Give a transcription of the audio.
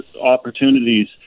opportunities